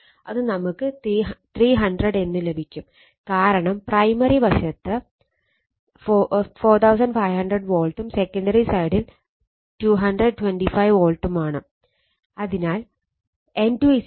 അത് നമുക്ക് 300 എന്ന് ലഭിക്കും കാരണം പ്രൈമറി വശത്ത് 4500 വോൾട്ടും സെക്കണ്ടറി സൈഡിൽ 225 വോൾട്ട് ആണ്